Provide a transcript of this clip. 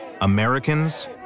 Americans